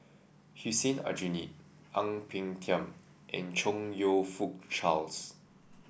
Hussein Aljunied Ang Peng Tiam and Chong You Fook Charles